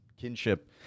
kinship